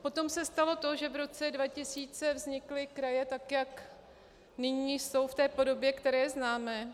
Potom se stalo to, že v roce 2000 vznikly kraje, tak jak nyní jsou v podobě, které známe.